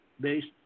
based